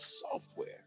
software